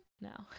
No